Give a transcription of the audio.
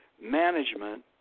management